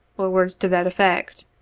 or words to that effect.